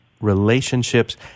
relationships